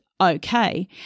okay